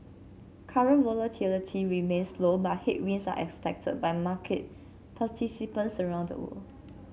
current volatility remains low but headwinds are expected by market participants around the world